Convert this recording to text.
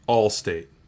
Allstate